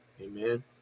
Amen